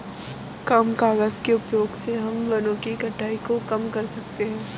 कम कागज़ के उपयोग से हम वनो की कटाई को कम कर सकते है